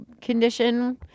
condition